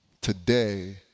today